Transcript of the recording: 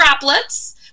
droplets